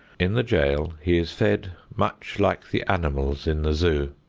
in the jail he is fed much like the animals in the zoo.